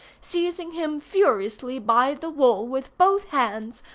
seizing him furiously by the wool with both hands,